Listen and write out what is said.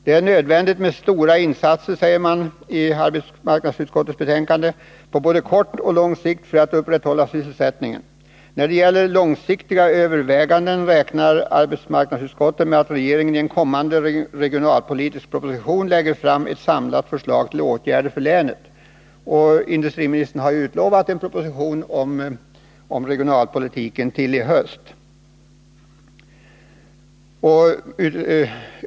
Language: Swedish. Det är nödvändigt med stora insatser på både kort och lång sikt för att upprätthålla sysselsättningen, ansåg utskottet. När det gäller långsiktiga överväganden räknade arbetsmarknadsutskottet med att regeringen i en kommande regionalpolitisk proposition lägger fram ett samlat förslag till åtgärder för länet. Industriministern har också utlovat en proposition om regionalpolitiken till i höst.